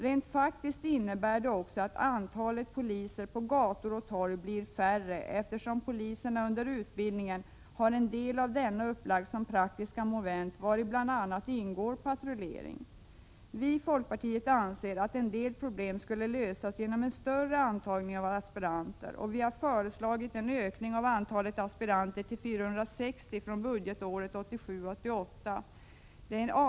Rent faktiskt innebär det också att antalet poliser på gator och torg blir mindre, eftersom polisen under utbildningen har en del av denna upplagd som praktiska moment, vari bl.a. ingår patrullering. Vi i folkpartiet anser att en del problem skulle lösas genom större antagning av aspiranter, och vi har föreslagit en ökning av antalet aspiranter till 460 från budgetåret 1987/88. Detta är ett avsevärt bättre förslag än att i Prot.